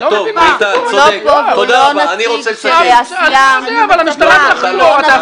אני לא מבין מה הסיפור הזה,